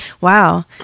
wow